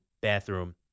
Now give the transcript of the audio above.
bathroom